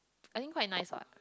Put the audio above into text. I think quite nice what